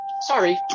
sorry